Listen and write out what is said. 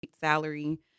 salary